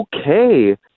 okay